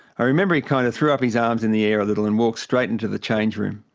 i remember he kind of threw up his arms in the air a little and walked straight into the change room.